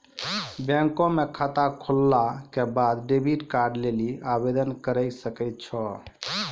bank म खाता खोलला के बाद डेबिट कार्ड लेली आवेदन करै सकै छौ